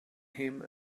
him